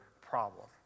problem